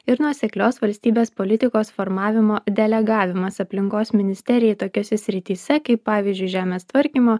ir nuoseklios valstybės politikos formavimo delegavimas aplinkos ministerijai tokiose srityse kaip pavyzdžiui žemės tvarkymo